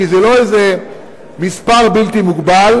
כי זה לא איזה מספר בלתי מוגבל.